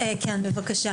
כרגע.